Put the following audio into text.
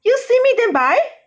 you see me then buy